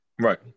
Right